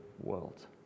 world